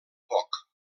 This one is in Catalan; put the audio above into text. poc